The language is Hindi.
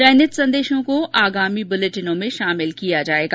चयनित संदेशों को आगामी बुलेटिनों में शामिल किया जाएगा